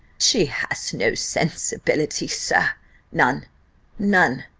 she has no sensibility, sir none none.